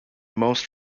most